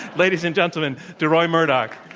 ladies and gentlemen, deroy murdock.